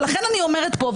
ולכן אני אומרת פה,